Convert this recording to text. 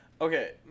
Okay